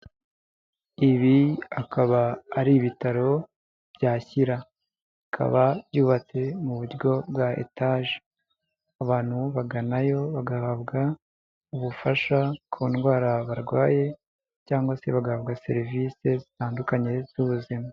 Ibi akaba ari ibitaro Byashyira bikaba byubatse mu buryo bwa etaje, abantu baganayo bagahabwa ubufasha ku ndwara barwaye cyangwa se bagahabwa serivisi zitandukanye z'ubuzima.